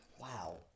Wow